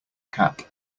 cap